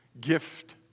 gift